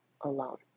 alone